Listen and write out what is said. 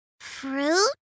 Fruit